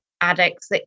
addicts